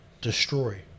destroy